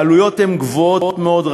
העלויות הן גבוהות מאוד,